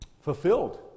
fulfilled